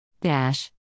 Dash